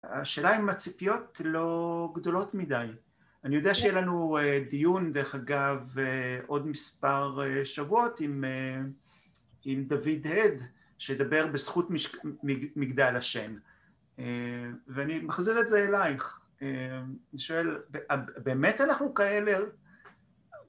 השאלה אם הציפיות לא גדולות מדי. אני יודע שיהיה לנו דיון דרך אגב עוד מספר שבועות עם עם דוד הד, שידבר בזכות מגדל השן. ואני מחזיר את זה אלייך. אני שואל, באמת אנחנו כאלה?